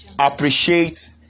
Appreciate